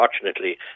Unfortunately